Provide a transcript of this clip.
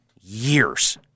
years